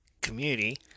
Community